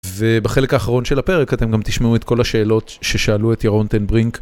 ובחלק האחרון של הפרק אתם גם תשמעו את כל השאלות ששאלו את ירון טנברינק.